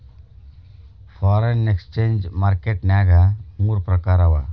foreign exchange market ನ್ಯಾಗ ಮೂರ್ ಪ್ರಕಾರವ